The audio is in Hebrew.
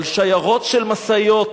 אבל שיירות של משאיות